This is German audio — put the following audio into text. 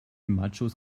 machos